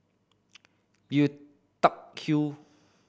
Lui Tuck Yew